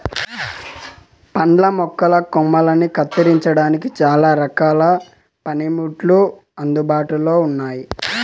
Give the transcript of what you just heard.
పండ్ల మొక్కల కొమ్మలని కత్తిరించడానికి చానా రకాల పనిముట్లు అందుబాటులో ఉన్నయి